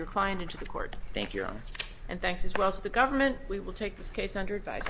your client into the court thank you and thanks as well to the government we will take this case under